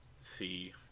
see